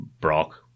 brock